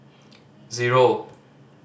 zero